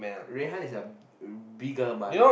Rui-Han is a bigger man